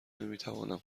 نمیتوانند